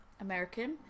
american